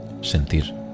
sentir